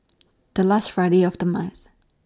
The last Friday of The month